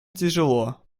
тяжело